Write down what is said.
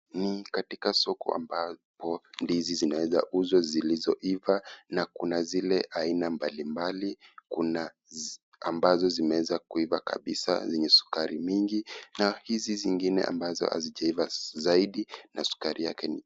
Ni katika soko ambapo ndizi zinaezauzwa zilizoiva na kuna zile aina mbali mbali. Kuna ambazo zimeweza kuiva kabisa zenye sukari nyingi na hizi zingine ambazo hazijaiva zaidi na sukari yake ni kidogo.